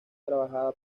trabajada